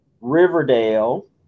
Riverdale